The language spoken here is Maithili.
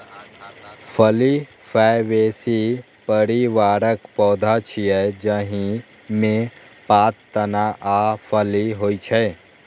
फली फैबेसी परिवारक पौधा छियै, जाहि मे पात, तना आ फली होइ छै